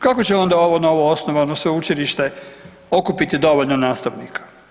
Kako će onda ovo novo osnovano sveučilište okupiti dovoljno nastavnika?